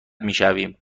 میشویم